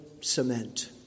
cement